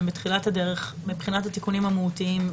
רק בתחילת הדרך מבחינת התיקונים המהותיים.